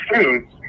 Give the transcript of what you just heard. foods